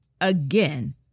Again